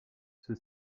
ceux